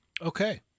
Okay